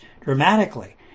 dramatically